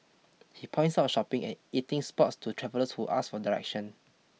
he points out shopping and eating spots to travellers who ask for directions